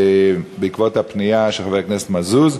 בעקבות הפנייה של חבר הכנסת מזוז,